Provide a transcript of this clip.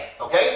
okay